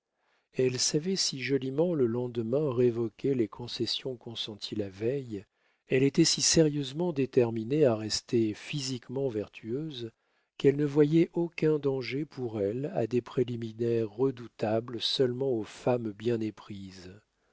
elle savait si joliment le lendemain révoquer les concessions consenties la veille elle était si sérieusement déterminée à rester physiquement vertueuse qu'elle ne voyait aucun danger pour elle à des préliminaires redoutables seulement aux femmes bien